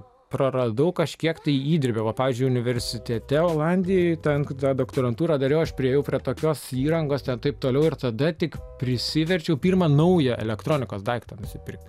praradau kažkiek tai įdirbiova pavyzdžiui universitete olandijoje ten tą doktorantūrą dariau aš priėjau prie tokios įrangos ten taip toliau ir tada tik prisiverčiau pirmą naują elektronikos daiktą nusipirkti